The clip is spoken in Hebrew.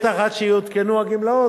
ודאי עד שיעודכנו הגמלאות,